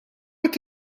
qed